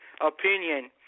opinion